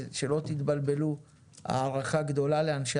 שלא תתבלבלו שיש לי הערכה גדולה לאנשי